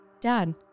Dad